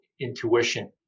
intuition